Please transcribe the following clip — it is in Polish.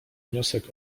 wniosek